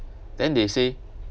then they say